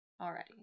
already